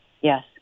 Yes